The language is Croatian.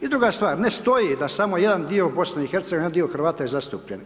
I druga stvar, ne stoji da samo jedan dio Bosne i Hercegovine, jedan dio Hrvata je zastupljen.